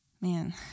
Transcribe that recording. Man